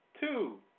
Two